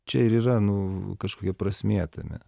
čia ir yra nu kažkokia prasmė tame